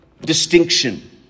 Distinction